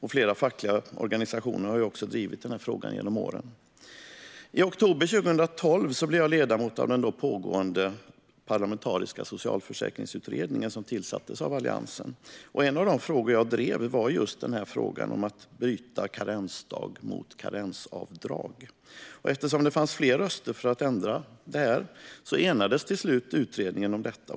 Flera fackliga organisationer har också drivit den här frågan genom åren. I oktober 2012 blev jag ledamot av den då pågående Parlamentariska socialförsäkringsutredningen, som tillsattes av Alliansen. En av de frågor jag drev var just att byta karensdag mot karensavdrag. Och eftersom det fanns fler röster för att ändra enades utredningen till slut om detta.